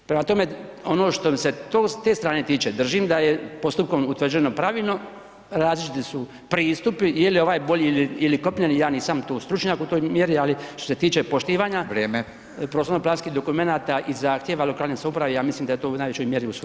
Prema tome, ono što se s te strane tiče, držim da je postupkom utvrđeno pravilno, različiti su pristupi, je li ovaj bolji ili, ili kopneni, ja nisam tu stručnjak u toj mjeri, ali što se tiče poštivanja [[Upadica: Vrijeme]] prostorno planskih dokumenata i zahtjeva lokalne samouprave ja mislim da je to u najvećoj mjeri usvojeno.